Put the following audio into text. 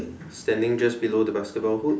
standing just below the basketball hoop